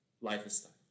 lifestyle